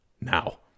Now